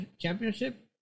championship